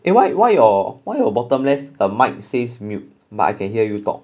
eh why why your why your bottom left the mic says mute but I can hear you talk